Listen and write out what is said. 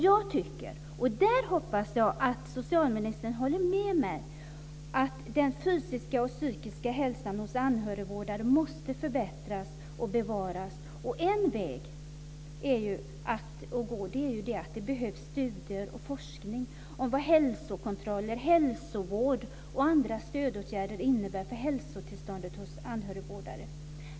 Jag tycker - och jag hoppas att socialministern håller med mig - att den fysiska och psykiska hälsan hos anhörigvårdare måste förbättras och bevaras. En väg går via studier och forskning om vad hälsokontroller, hälsovård och andra stödåtgärder innebär för anhörigvårdares hälsotillstånd.